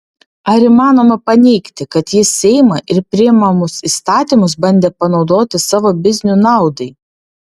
ar įmanoma paneigti kad jis seimą ir priimamus įstatymus bandė panaudoti savo biznių naudai